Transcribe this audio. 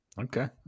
Okay